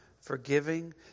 Forgiving